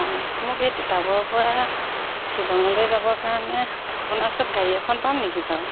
মোক এই তিতাবৰৰ পৰা শ্বিলঙলৈ যাবৰ কাৰণে আপোনাৰ ওচৰত গাড়ী এখন পাম নেকি বাৰু